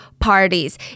parties